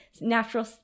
natural